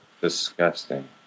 disgusting